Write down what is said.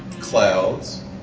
clouds